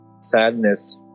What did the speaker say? sadness